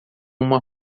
uma